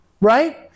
right